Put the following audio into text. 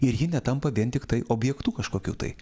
ir ji netampa vien tiktai objektu kažkokiu tai